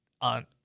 on